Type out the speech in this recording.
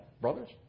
Brothers